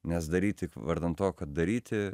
nes daryt tik vardan to kad daryti